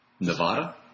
Nevada